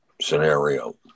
scenario